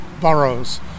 boroughs